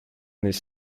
this